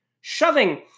shoving